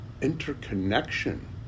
interconnection